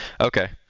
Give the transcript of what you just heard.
Okay